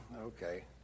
okay